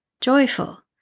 joyful